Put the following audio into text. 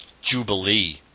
Jubilee